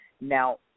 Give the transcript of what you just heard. Now